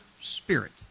spirit